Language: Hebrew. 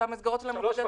שהמסגרות שלהם יצומצמו.